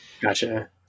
Gotcha